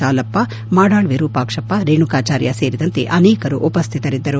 ಹಾಲಪ್ಪ ಮಾಡಾಳ್ ವಿರೂಪಾಕ್ಷಪ್ಪ ರೇಣುಕಾಚಾರ್ಯ ಸೇರಿದಂತೆ ಅನೇಕರು ಉಪಸ್ವಿತರಿದ್ದರು